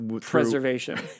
Preservation